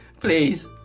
Please